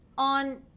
on